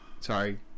Sorry